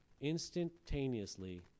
Instantaneously